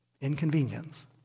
inconvenience